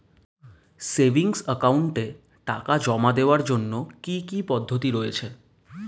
Savings একাউন্টে টাকা জমা দেওয়ার জন্য কি কি পদ্ধতি রয়েছে?